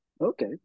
Okay